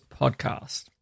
podcast